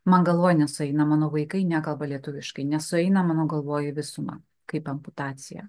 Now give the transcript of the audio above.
man galvoj nesueina mano vaikai nekalba lietuviškai nesueina mano galvoj į visumą kaip amputacija